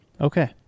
Okay